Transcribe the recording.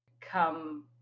come